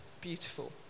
beautiful